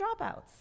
dropouts